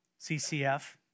CCF